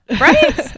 right